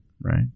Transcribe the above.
right